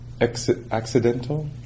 accidental